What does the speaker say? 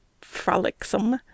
frolicsome